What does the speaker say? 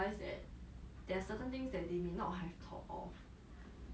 is it red I scared like we talk too loud